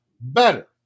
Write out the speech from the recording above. better